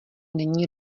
není